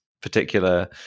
particular